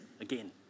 again